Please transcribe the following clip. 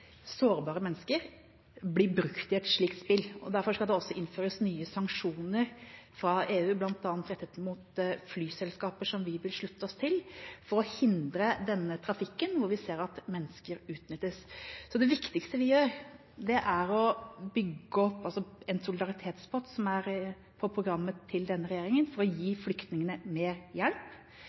sårbare mennesker blir brukt i et slikt spill. Derfor skal det også innføres nye sanksjoner fra EU, bl.a. rettet mot flyselskaper, som vi vil slutte oss til for å hindre denne trafikken hvor vi ser at mennesker utnyttes. Det viktigste vi gjør, er å bygge opp en solidaritetspott, som er på programmet til denne regjeringa, for å gi flyktningene mer hjelp,